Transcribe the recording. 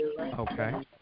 Okay